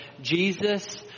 Jesus